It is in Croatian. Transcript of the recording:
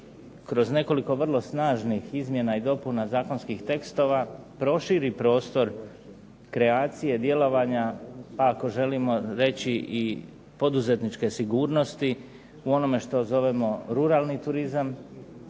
kroz nekoliko vrlo snažnih izmjena i dopuna zakonskih tekstova proširi prostor kreacije, djelovanja, a ako želimo reći i poduzetničke sigurnosti u onome što zovemo ruralni turizam.